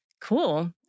Cool